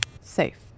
Safe